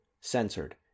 censored